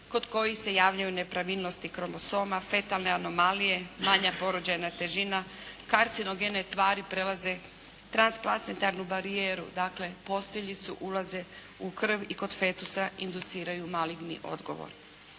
kod kojih se javljaju nepravilnosti kromosoma, fetalne anomalije, manja porođajna težina. Karcinogene tvari prelaze transplacentarnu barijeru, dakle posteljicu, ulaze u krv i kod fetusa induciraju maligni odgovor.